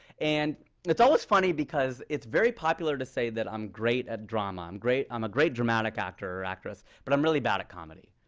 and it's almost funny, because it's very popular to say that i'm great at drama. um i'm a great dramatic actor or actress, but i'm really bad at comedy.